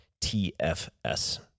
TFS